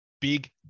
big